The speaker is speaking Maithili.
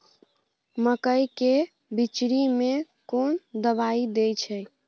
मकई के बिचरी में कोन दवाई दे छै?